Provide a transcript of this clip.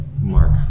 Mark